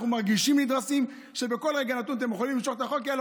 אנחנו מרגישים נדרסים שבכל רגע נתון אתם יכולים למשוך את החוק: יאללה,